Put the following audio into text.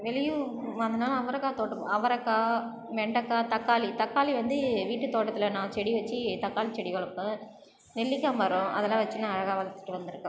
வெளியூர் வந்தேனா அவரக்காய் தோட்டம் அவரக்காய் வெண்டக்காய் தக்காளி தக்காளி வந்து வீட்டு தோட்டத்தில் நான் செடி வச்சு தக்காளி செடி வளர்ப்பேன் நெல்லிக்காய் மரம் அதெலாம் வச்சு நான் அழகாக வளர்த்துட்டு வந்திருக்கேன்